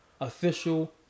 official